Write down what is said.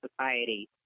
society